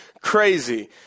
crazy